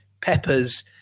peppers